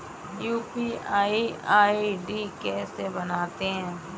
UPI ID कैसे बनाते हैं?